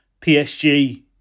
PSG